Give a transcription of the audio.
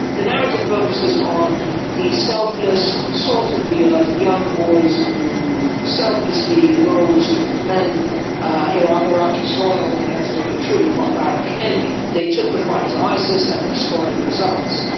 the narrative focus is on the selfless, sort of salt-of-the-earth ah young boys who selflessly rose to defend iraqi iraqi soil against a truly barbaric enemy. they took the fight to isis and they're scoring results.